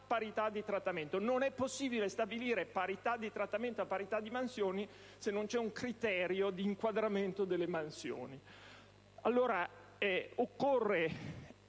parità di trattamento. Non è possibile stabilire parità di trattamento a parità di mansioni se non c'è un criterio di valutazione delle mansioni.